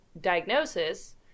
diagnosis